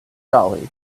jolly